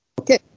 Okay